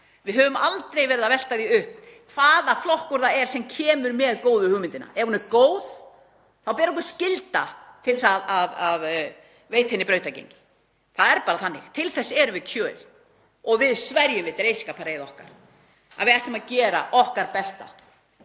Við höfum aldrei verið að velta því upp hvaða flokkur það er sem kemur með góðu hugmyndina. Ef hún er góð þá ber okkur skylda til að veita henni brautargengi. Það er bara þannig. Til þess erum við kjörin og við sverjum drengskapareið um að við ætlum að gera okkar besta